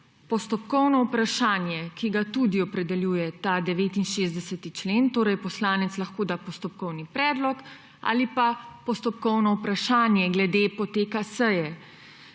postopkovno vprašanje, ki ga tudi opredeljuje ta 69. člen, torej poslanec lahko poda postopkovni predlog ali pa postopkovno vprašanje glede poteka seje.